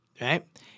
right